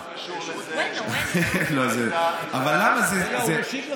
אבל למה, רגע, הוא משיב לך.